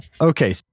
Okay